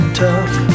tough